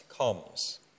comes